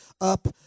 up